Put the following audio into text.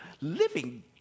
living